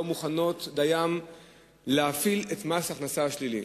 ולא מוכנות דיין להפעיל את מס ההכנסה השלילי.